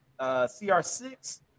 CR6